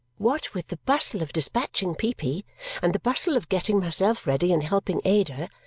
what with the bustle of dispatching peepy and the bustle of getting myself ready and helping ada,